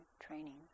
training